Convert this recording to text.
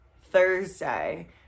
Thursday